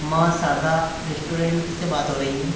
माँ शारदा रेस्टुरेंट से बात हो रही है